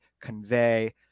convey